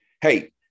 hey